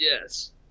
Yes